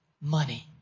money